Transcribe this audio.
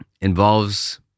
involves